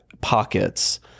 pockets